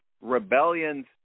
Rebellion's